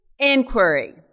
Inquiry